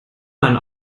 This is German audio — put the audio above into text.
man